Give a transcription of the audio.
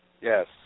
Yes